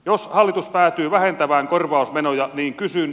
jos hallitus päätyy vähentämään korvausmenoja niin kysyn